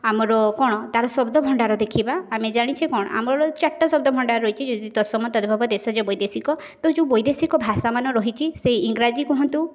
ଆମର କ'ଣ ତାର ଶବ୍ଦ ଭଣ୍ଡାର ଦେଖିବା ଆମେ ଜାଣିଛେ କ'ଣ ଆମର ଚାରିଟା ଶବ୍ଦ ଭଣ୍ଡାର ରହିଛି ତତ୍ସମ ତଦ୍ଭବ ଦେଶଜ ବୈଦଶିକ ତ ଯେଉଁ ବୈଦେଶିକ ଭାଷାମାନ ରହିଛି ସେ ଇଂରାଜୀ କୁହନ୍ତୁ